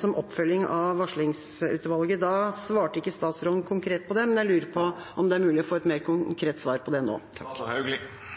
som oppfølging av varslingsutvalget. Da svarte ikke statsråden konkret på det. Jeg lurer på om det er mulig å få et mer konkret svar på det nå.